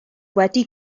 wedi